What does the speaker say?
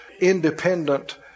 independent